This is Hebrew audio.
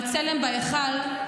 עם הצלם בהיכל,